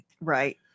Right